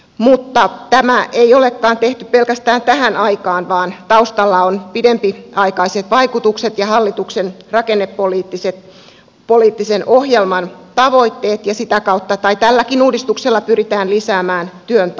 mutta tämä ei olekaan tehty pelkästään tähän aikaan vaan taustalla ovat pidempiaikaiset vaikutukset ja hallituksen rakennepoliittisen ohjelman tavoitteet ja tälläkin uudistuksella pyritään lisäämään työn tarjontaa